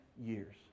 years